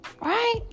Right